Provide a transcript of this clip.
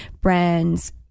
brands